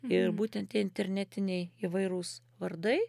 ir būtent tie internetiniai įvairūs vardai